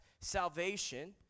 salvation